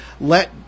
Let